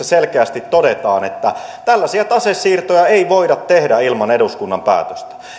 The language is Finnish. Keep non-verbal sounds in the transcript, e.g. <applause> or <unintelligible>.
<unintelligible> selkeästi todetaan että tällaisia tasesiirtoja ei voida tehdä ilman eduskunnan